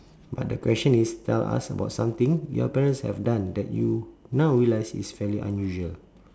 but the question is tell us about something your parents have done that you now realise is fairly unusual